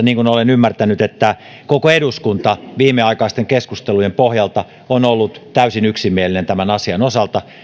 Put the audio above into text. niin kuin olen ymmärtänyt että koko eduskunta viimeaikaisten keskustelujen pohjalta on ollut täysin yksimielinen tämän asian osalta